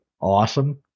awesome